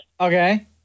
Okay